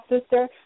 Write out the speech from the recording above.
sister